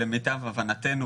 למיטב הבנתנו,